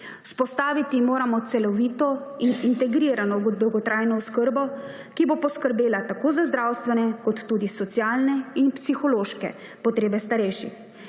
Vzpostaviti moramo celovito in integrirano dolgotrajno oskrbo, ki bo poskrbela tako za zdravstvene kot tudi socialne in psihološke potrebe starejših.